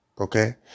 okay